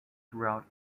throughout